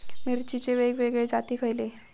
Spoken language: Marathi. मिरचीचे वेगवेगळे जाती खयले?